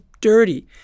dirty